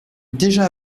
déjà